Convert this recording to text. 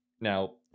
Now